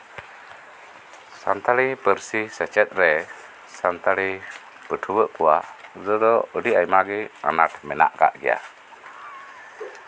ᱥᱟᱱᱛᱟᱲᱤ ᱯᱟᱹᱨᱥᱤ ᱥᱮᱪᱮᱫ ᱨᱮ ᱥᱟᱱᱛᱟᱲᱤ ᱯᱟᱹᱴᱷᱩᱣᱟᱹ ᱠᱚᱣᱟᱜ ᱯᱳᱭᱞᱳ ᱫᱚ ᱟᱹᱰᱤ ᱟᱭᱢᱟ ᱜᱮ ᱟᱱᱟᱴ ᱢᱮᱱᱟᱜ ᱠᱟᱜ ᱜᱮᱭᱟ